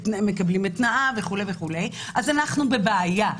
כמו שמקבלים את תנאיו וכו' אז אנחנו בבעיה,